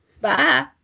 Bye